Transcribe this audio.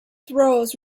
throws